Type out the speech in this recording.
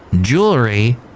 jewelry